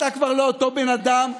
אתה כבר לא אותו בן אדם,